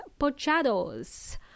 pochados